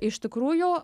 iš tikrųjų